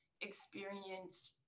experience